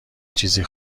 چیزی